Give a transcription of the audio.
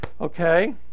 Okay